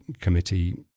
committee